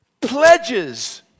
pledges